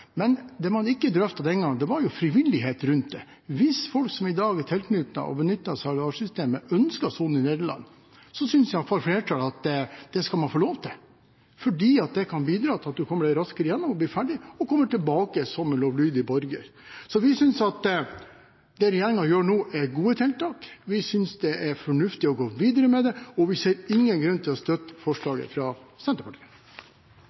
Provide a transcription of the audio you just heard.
man ikke drøftet den gangen, var frivillighet rundt dette. Hvis folk som i dag er tilknyttet og benytter seg av LAR-systemet, ønsker å sone i Nederland, synes i hvert fall flertallet at det skal man få lov til, fordi det kan bidra til at man kommer seg raskere gjennom det, blir ferdig og kommer tilbake som en lovlydig borger. Så vi synes at det regjeringen gjør nå, er gode tiltak. Vi synes det er fornuftig å gå videre med det, og vi ser ingen grunn til å støtte forslaget fra Senterpartiet.